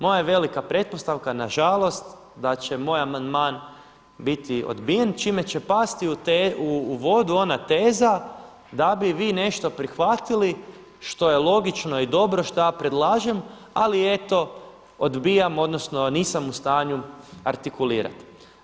Moja je velika pretpostavka nažalost da će moj amandman biti odbijen čime će pasti u vodu ona teza da bi vi nešto prihvatili što je logično i dobro šta ja predlažem, ali eto odbijam odnosno nisam u stanju artikulirati.